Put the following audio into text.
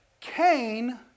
Cain